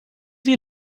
sie